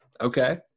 Okay